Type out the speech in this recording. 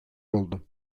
oldu